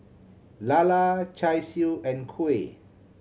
lala Char Siu and kuih